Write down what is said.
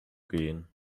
gehen